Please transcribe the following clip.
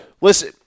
Listen